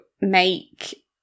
make